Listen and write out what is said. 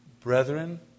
brethren